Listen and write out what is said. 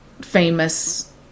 famous